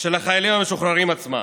של החיילים המשוחררים עצמם.